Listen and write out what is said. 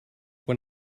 when